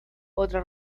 otra